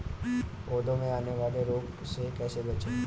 पौधों में आने वाले रोग से कैसे बचें?